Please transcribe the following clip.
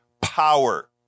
power